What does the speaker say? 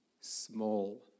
small